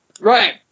Right